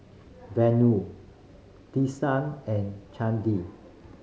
Vanu and Chandi